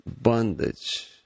bondage